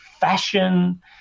fashion